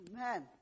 Amen